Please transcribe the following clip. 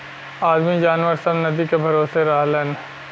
आदमी जनावर सब नदी के भरोसे रहलन